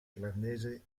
irlandese